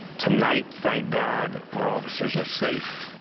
tonight thank god, our officers are safe.